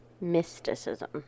Mysticism